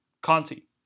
Conti